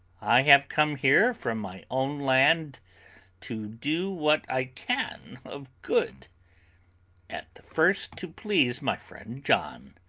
i have come here from my own land to do what i can of good at the first to please my friend john,